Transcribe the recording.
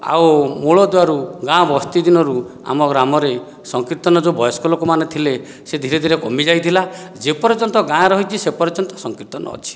ଆଉ ମୂଳଦୁଆରୁ ଗାଁ ବସ୍ତି ଦିନରୁ ଆମ ଗ୍ରାମରେ ସଂକୀର୍ତ୍ତନ ଯେଉଁ ବୟସ୍କ ଲୋକମାନେ ଥିଲେ ସେ ଧୀରେଧୀରେ କମିଯାଇଥିଲା ଯେପର୍ଯ୍ୟନ୍ତ ଗାଁ ରହିଛି ସେପର୍ଯ୍ୟନ୍ତ ସଂକୀର୍ତ୍ତନ ଅଛି